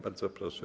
Bardzo proszę.